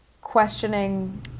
questioning